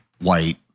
white